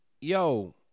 yo